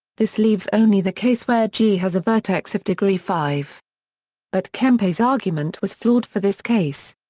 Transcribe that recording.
this leaves only the case where g has a vertex of degree five but kempe's argument was flawed for this case.